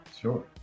Sure